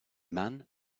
man